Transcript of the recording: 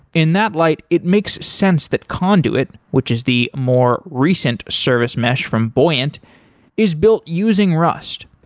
in that light, it makes sense that conduit which is the more recent service mesh from buoyant is built using rust.